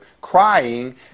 crying